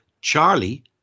Charlie